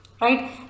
right